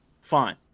fine